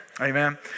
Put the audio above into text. Amen